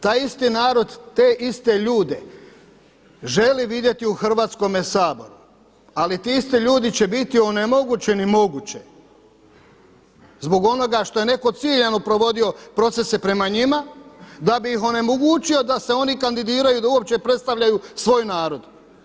Taj isti narod te iste ljude želi vidjeti u Hrvatskome saboru, ali ti isti ljudi će biti onemogućeni moguće zbog onoga što je netko ciljano provodio procese prema njima, da bi ih onemogućio da se oni kandidiraju, da uopće predstavljaju svoj narod.